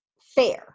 fair